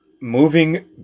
moving